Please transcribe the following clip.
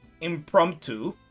impromptu